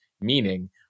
meaning